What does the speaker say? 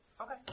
Okay